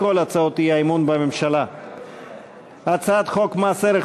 המועמד להרכיב את הממשלה הוא חבר הכנסת אריה